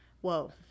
Whoa